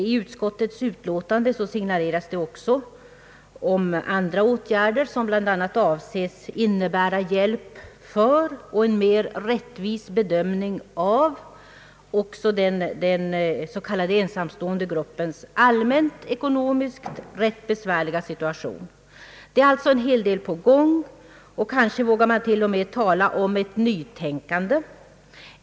I utskottets utlåtande signaleras ju också andra åtgärder, som bl.a. avses möjliggöra en mera rättvis bedömning även av den s.k. ensamståendegruppens allmänt ekonomiskt rätt besvärliga situation. Det är alltså en hel del på gång, och kanske vågar man till och med tala om ett nytänkande.